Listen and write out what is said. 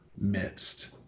midst